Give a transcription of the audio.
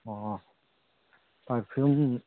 ꯑꯣ ꯄꯥꯔꯐꯤꯌꯨꯝ